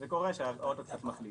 קורה שהאוטו קצת מחליק.